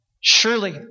Surely